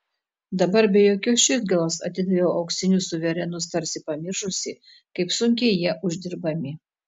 dabar be jokios širdgėlos atidaviau auksinius suverenus tarsi pamiršusi kaip sunkiai jie uždirbami